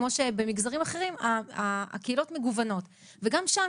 כמו שבמגזרים אחרים הקהילות מגוונות וגם שם